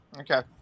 Okay